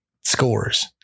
scores